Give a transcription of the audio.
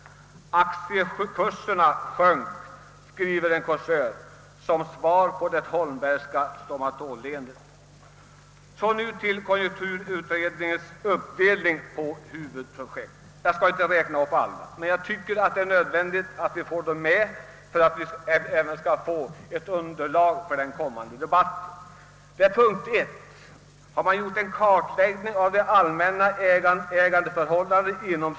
Aktiekurserna sjönk, skriver en kåsör, som svar på det Holmbergska stomatolleendet. Jag vill nu säga något om koncentrationsutredningens uppdelning på huvudprojekt. Jag kan inte räkna upp allt, men jag tycker det är nödvändigt att vi får med något som underlag för den kommande debatten. 2.